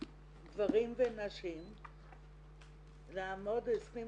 גברים ונשים לעמוד 25